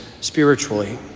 spiritually